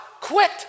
quit